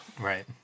Right